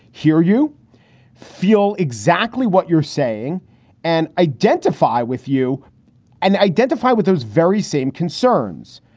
here you feel exactly what you're saying and identify with you and identify with those very same concerns,